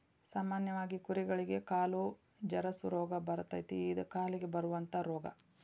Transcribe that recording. ಸಾಮಾನ್ಯವಾಗಿ ಕುರಿಗಳಿಗೆ ಕಾಲು ಜರಸು ರೋಗಾ ಬರತತಿ ಇದ ಕಾಲಿಗೆ ಬರುವಂತಾ ರೋಗಾ